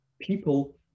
people